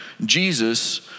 jesus